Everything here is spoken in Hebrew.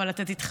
אבל אתה תתחלף.